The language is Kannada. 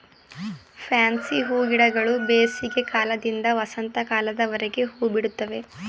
ಫ್ಯಾನ್ಸಿ ಹೂಗಿಡಗಳು ಬೇಸಿಗೆ ಕಾಲದಿಂದ ವಸಂತ ಕಾಲದವರೆಗೆ ಹೂಬಿಡುತ್ತವೆ